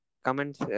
Comments